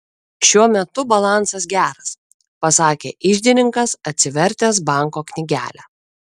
šiuo metu balansas geras pasakė iždininkas atsivertęs banko knygelę